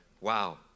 Wow